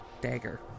dagger